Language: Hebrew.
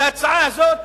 את ההצעה הזאת